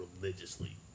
religiously